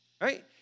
right